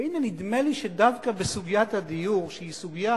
והנה, נדמה לי שדווקא בסוגיית הדיור, שהיא סוגיה